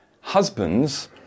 Husbands